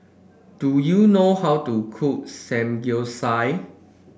do you know how to cook Samgeyopsal